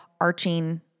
arching